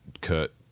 Kurt